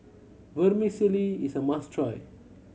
vermicelli is a must try